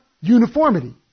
uniformity